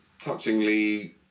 touchingly